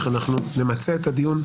יסוד: הכנסת (תיקון מס'